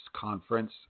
conference